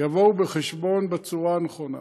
יובאו בחשבון בצורה הנכונה.